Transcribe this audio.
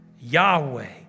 Yahweh